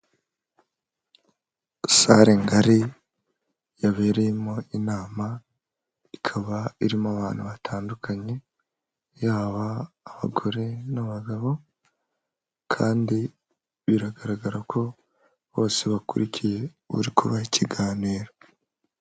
Sale ngari yabereyemo inama ikaba irimo abantu batandukanye yaba abagore n'abagabo kandi biragaragara ko bose bakurikiye uri kubaha ikiganiro..